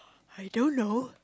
I don't know